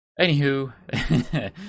Anywho